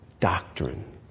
Doctrine